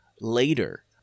later